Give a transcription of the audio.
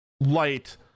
light